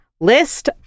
List